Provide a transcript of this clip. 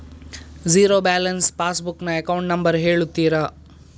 Zero balance passbook ನ account number ಹೇಳುತ್ತೀರಾ?